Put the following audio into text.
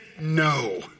no